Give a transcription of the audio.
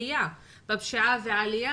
הנוער האלה מידרדרים עוד יותר לפשיעה ולאלימות.